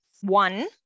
one